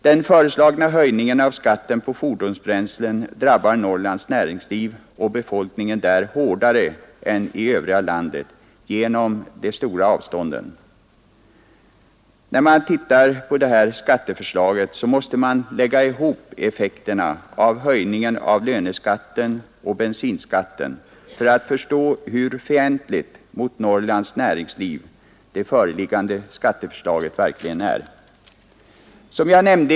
Den föreslagna höjningen av skatten på fordonsbränslen drabbar Norrlands näringsliv och befolkningen där hårdare än i övriga landet genom de stora avstånden i Norrland. När man studerar detta skatteförslag måste man lägga ihop effekterna av höjningen av löneskatten och höjningen av bensinskatten för att förstå hur fientligt det föreliggande skatteförslaget verkligen är mot Norrlands näringsliv.